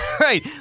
right